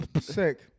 sick